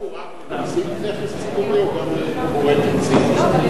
החוק הוא רק למצית נכס ציבורי או גם לכורת נכס ציבורי?